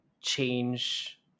change